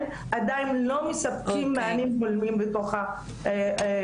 עדיין לא מספקים מענים הולמים בתוך הקהילות.